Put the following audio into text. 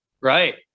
Right